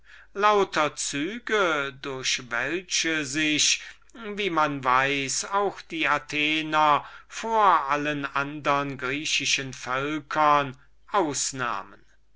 lauter züge durch welche sich wie man weiß die athenienser vor allen andern griechischen völkern ausnahmen